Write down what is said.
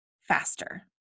faster